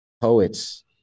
poets